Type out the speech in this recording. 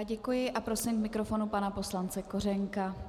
Děkuji a prosím k mikrofonu pana poslance Kořenka.